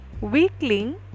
Weakling